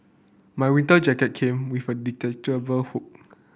my winter jacket came with a detachable hood